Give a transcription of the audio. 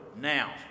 now